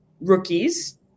rookies